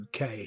uk